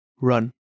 Run